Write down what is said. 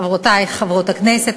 חברותי חברות הכנסת,